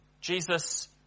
Jesus